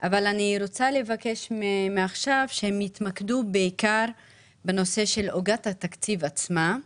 אבל אני רוצה לבקש מעכשיו שהם יתמקדו בעיקר בנושא של עוגת התקציב עצמה,